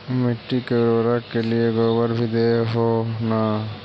मिट्टी के उर्बरक के लिये गोबर भी दे हो न?